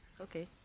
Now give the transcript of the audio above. okay